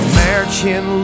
American